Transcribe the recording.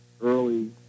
early